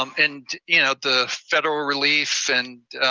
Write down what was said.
um and you know the federal relief and